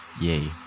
Yay